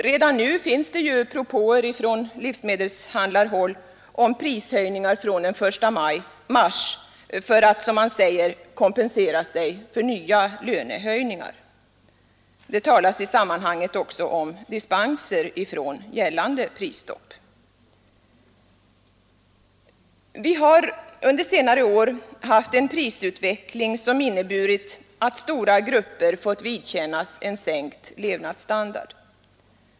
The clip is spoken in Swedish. Redan nu finns det propåer från livsmedelshandlarhåll om prishöjningar från den 1 mars för att som man säger ”kompensera sig för nya lönehöjningar”. Det talas i sammanhanget också om dispenser från gällande prisstopp. Vi har under senare år haft en prisutveckling, som inneburit att stora grupper fått vidkännas en sänkt levnadsstandard.